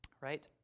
Right